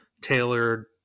tailored